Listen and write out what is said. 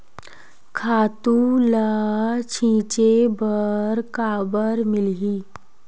खातु ल छिंचे बर काबर मिलही?